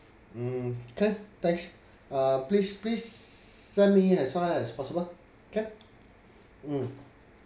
mm can thanks uh please please send me as fast as possible can mm